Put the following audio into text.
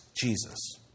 Jesus